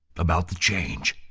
about the change.